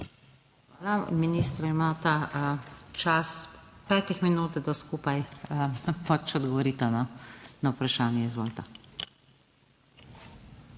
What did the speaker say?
Hvala. Ministra, imata časa pet minut, da skupaj odgovorita na vprašanje. Izvolita.